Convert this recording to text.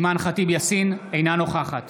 אינה נוכחת